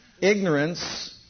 Ignorance